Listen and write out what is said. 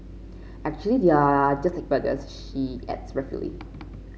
actually they are just like burgers she adds ruefully